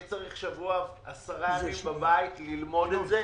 אני צריך שבוע עד 10 ימים בבית ללמוד את זה